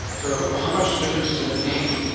so how much difference did it make?